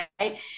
right